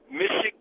Michigan